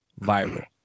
viral